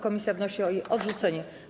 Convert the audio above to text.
Komisja wnosi o jej odrzucenie.